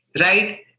right